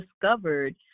discovered